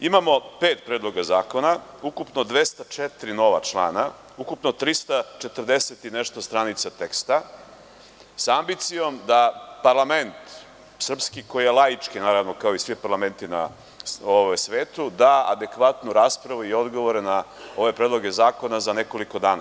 Imamo pet predloga zakona, ukupno 204 nova člana, ukupno 340 i nešto stranica teksta sa ambicijom da parlament srpski, koji je laički, kao i svi na ovom svetu, da adekvatno raspravu i odgovore na ove predloge zakona za nekoliko dana.